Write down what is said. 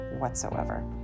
whatsoever